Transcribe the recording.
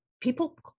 People